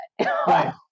Right